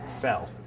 fell